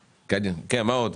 כן, מה עוד?